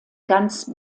ganz